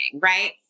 right